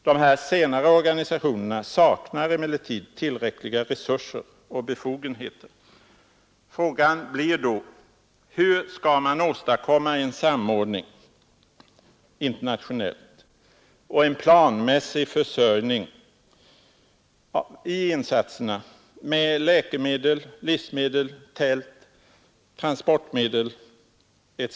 Dessa senare organisationer saknar emellertid tillräckliga resurser och befogenheter. Frågan är: Hur skall man åstadkomma en samordning på internationell nivå och en planmässig försörjning av hjälpinsatser med läkemedel, livsmedel, tält, transportmedel etc.?